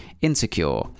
insecure